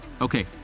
Okay